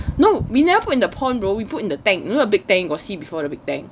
no we never put in a pond bro we put in the tank